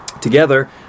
together